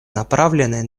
направленные